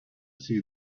see